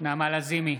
נעמה לזימי,